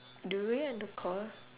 do we end the call